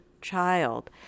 child